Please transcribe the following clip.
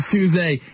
Tuesday